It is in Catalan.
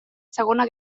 segona